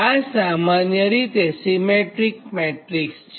આ સામાન્ય રીતે સિમેટ્રીક મેટ્રીકસ છે